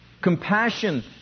Compassion